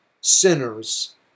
sinners